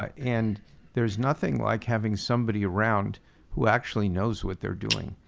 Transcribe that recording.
and there's nothing like having somebody around who actually knows what they're doing.